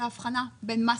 על האבחנה בין מס,